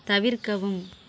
தவிர்க்கவும்